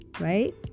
right